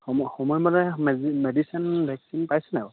সময় সময় মতে মেডিচিন ভেকচিন পাইছে নাই বাৰু